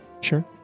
Sure